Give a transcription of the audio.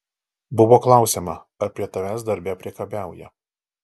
buvo klausiama ar prie tavęs darbe priekabiauja